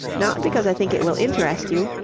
not because i think it will interest you.